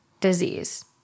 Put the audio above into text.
disease